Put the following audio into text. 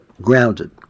grounded